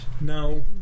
No